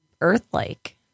Earth-like